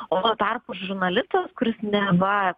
o tuo tarpu žurnalistas kuris neva